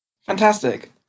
Fantastic